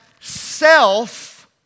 self